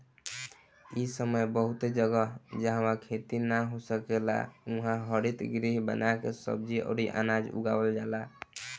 इ समय बहुते जगह, जाहवा खेती ना हो सकेला उहा हरितगृह बना के सब्जी अउरी अनाज उगावल जाला